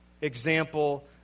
example